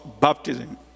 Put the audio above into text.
baptism